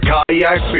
Kayak